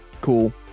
cool